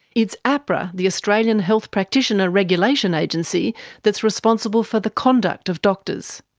it's ahpra the australian health practitioner regulation agency that's responsible for the conduct of doctors.